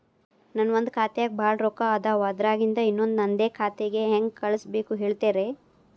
ನನ್ ಒಂದ್ ಖಾತ್ಯಾಗ್ ಭಾಳ್ ರೊಕ್ಕ ಅದಾವ, ಅದ್ರಾಗಿಂದ ಇನ್ನೊಂದ್ ನಂದೇ ಖಾತೆಗೆ ಹೆಂಗ್ ಕಳ್ಸ್ ಬೇಕು ಹೇಳ್ತೇರಿ?